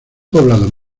poblado